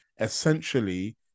essentially